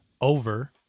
over